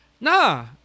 nah